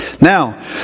Now